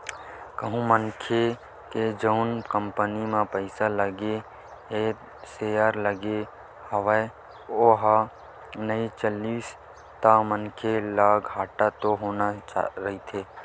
कहूँ मनखे के जउन कंपनी म पइसा लगे हे सेयर लगे हवय ओहा नइ चलिस ता मनखे ल घाटा तो होना ही रहिथे